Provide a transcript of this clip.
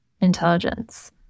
intelligence